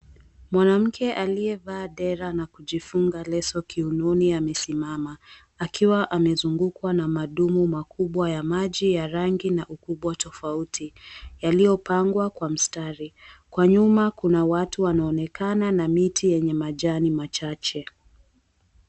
Mwanamke alievaa dera na kujifunga leso kiunoni amesimama, akiwa amezungukwa na madumu makubwa ya maji ya rangi na ukubwa tofauti yaliopangwa kwa msitari. Kwa nyuma kuna watu wanaonekana na miti yenye majani machache.